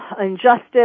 injustice